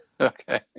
Okay